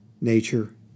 nature